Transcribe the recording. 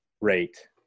rate